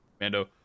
Mando